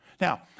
Now